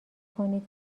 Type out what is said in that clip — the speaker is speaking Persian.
کنید